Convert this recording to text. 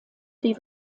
die